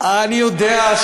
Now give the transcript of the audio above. אני יודע,